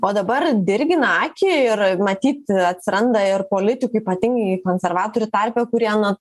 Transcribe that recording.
o dabar dirgina akį ir matyt atsiranda ir politikų ypatingai konservatorių tarpe kurie na